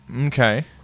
Okay